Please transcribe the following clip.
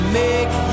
make